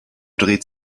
dreht